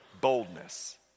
Boldness